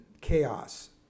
chaos